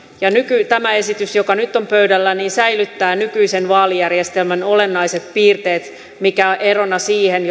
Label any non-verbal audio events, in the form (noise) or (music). tämä esitys joka nyt on pöydällä säilyttää nykyisen vaalijärjestelmän olennaiset piirteet mikä on erona siihen (unintelligible)